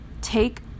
Take